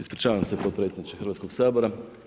Ispričavam se potpredsjedniče Hrvatskog sabora.